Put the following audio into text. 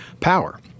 power